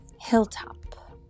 hilltop